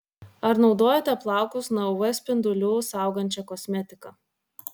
ar naudojate plaukus nuo uv spindulių saugančią kosmetiką